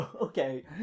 Okay